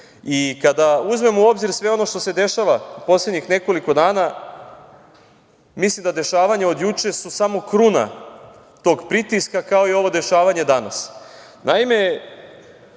Kada uzmemo u obzir sve ono što se dešava poslednjih nekoliko dana, mislim da dešavanja od juče su samo kruna tog pritiska, kao i ovo dešavanje danas. Naime,